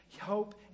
hope